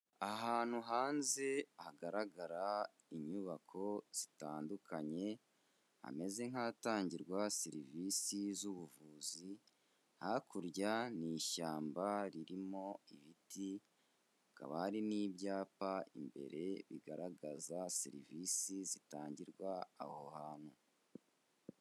Ahantu hanze hagaragara inyubako zitandukanye, hameze nkatangirwa serivisi z'ubuvuzi, hakurya ni ishyamba ririmo ibiti, hakaba hari n'ibyapa imbere bigaragaza serivisi zitangirwa aho hantu.